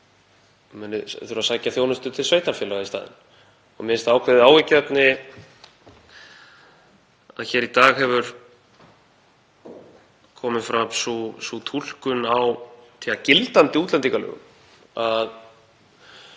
þurfa að sækja þjónustu til sveitarfélaga í staðinn. Mér finnst það ákveðið áhyggjuefni að hér í dag hefur komið fram sú túlkun á gildandi útlendingalögum að